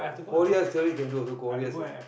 courier service you can do also courier ser~